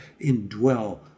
indwell